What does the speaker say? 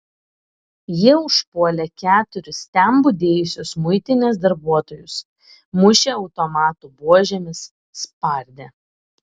jie užpuolė keturis ten budėjusius muitinės darbuotojus mušė automatų buožėmis spardė